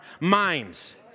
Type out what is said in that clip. minds